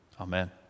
amen